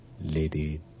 Lady